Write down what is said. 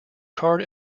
card